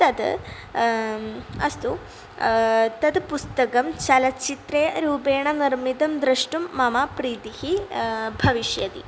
तद् अस्तु तद् पुस्तकं चलच्चित्रे रूपेण निर्मितं द्रष्टुं मम प्रीतिः भविष्यति